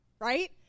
right